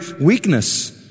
weakness